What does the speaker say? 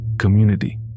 community